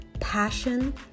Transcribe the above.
passion